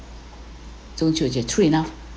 中秋节 true enough